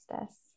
justice